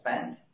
spend